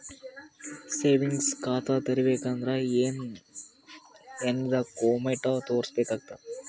Savings ಖಾತಾ ತೇರಿಬೇಕಂದರ ಏನ್ ಏನ್ಡಾ ಕೊಮೆಂಟ ತೋರಿಸ ಬೇಕಾತದ?